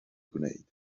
gwneud